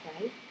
right